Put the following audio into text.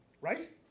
Right